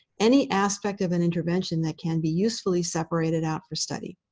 any aspect of an intervention that can be usefully separated out for study.